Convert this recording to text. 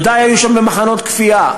דודי היו שם במחנות כפייה.